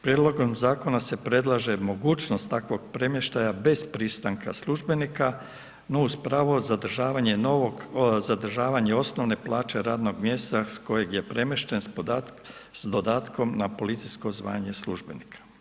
Prijedlogom zakona se predlaže mogućnost takvog premještaja bez pristanka službenika, no uz pravo zadržavanje novog, zadržavanje osnovne plaće radnog mjesta s kojeg je premješten s dodatkom na policijsko zvanje službenika.